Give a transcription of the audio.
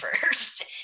first